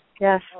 Yes